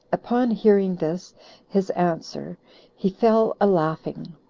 upon hearing this his answer he fell a laughing,